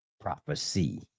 prophecy